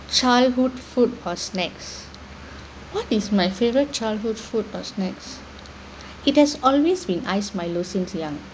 childhood food or snacks what is my favourite childhood food or snacks it has always been ice milo since young